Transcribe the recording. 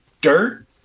dirt